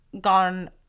gone